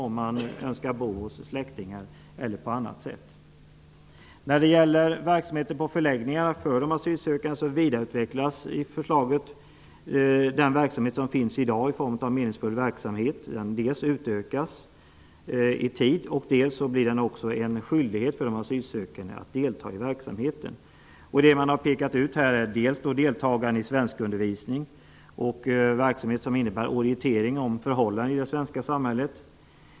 Vi har ju diskuterat principen om att de skall ta ett ökat ansvar för sina egna liv i Sverige. I förslaget vidareutvecklas den meningsfulla verksamhet som i dag finns på förläggningarna för de asylsökande. Verksamheten skall utökas tidsmässigt, och de asylsökande blir också skyldiga att delta i verksamheten. Man har pekat på deltagande i svenskundervisning och verksamhet som innebär orientering om förhållandena i det svenska samhället.